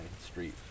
street